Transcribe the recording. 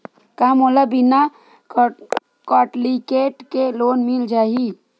का मोला बिना कौंटलीकेट के लोन मिल जाही?